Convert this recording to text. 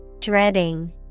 dreading